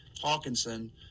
Hawkinson